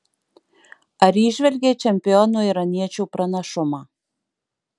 ar įžvelgei čempiono iraniečio pranašumą